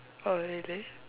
oh really